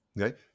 okay